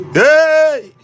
hey